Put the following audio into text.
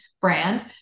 brand